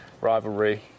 rivalry